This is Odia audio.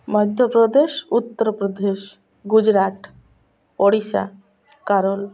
ମଧ୍ୟପ୍ରଦେଶ ଉତ୍ତରପ୍ରଦେଶ ଗୁଜୁରାଟ ଓଡ଼ିଶା କେରଳ